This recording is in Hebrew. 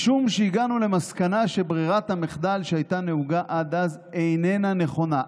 משום שהגענו למסקנה שברירת המחדל שהייתה נהוגה עד אז איננה נכונה.